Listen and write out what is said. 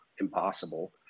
impossible